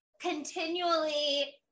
continually